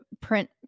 print